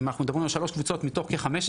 אם אנחנו מדברים על שלוש קבוצות מתוך ה-15,